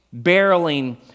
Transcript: barreling